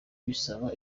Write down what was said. bisaba